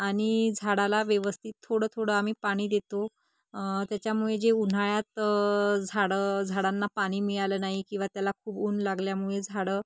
आणि झाडाला व्यवस्थित थोडं थोडं आम्ही पाणी देतो त्याच्यामुळे जे उन्हाळ्यात झाडं झाडांना पाणी मिळालं नाही किंवा त्याला खूप ऊन लागल्यामुळे झाडं